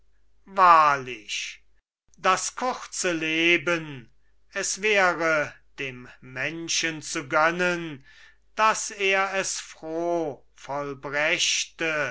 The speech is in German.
wahrlich das kurze leben es wäre dem menschen zu gönnen daß er es froh vollbrächte